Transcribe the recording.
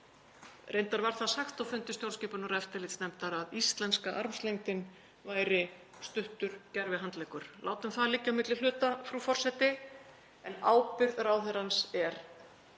Reyndar var það sagt á fundi stjórnskipunar- og eftirlitsnefndar að íslenska armslengdin væri stuttur gervihandleggur. Látum það liggja á milli hluta, frú forseti, en ábyrgð ráðherrans er